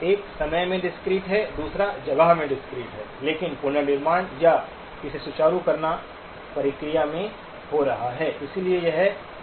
एक समय में डिस्क्रीट है दूसरा जगह में डिस्क्रीट है लेकिन पुनर्निर्माण या इसे सुचारू करना प्रक्रिया में हो रहा है